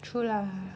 true lah